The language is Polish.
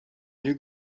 niej